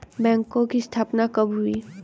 बैंकों की स्थापना कब हुई?